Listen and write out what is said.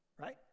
right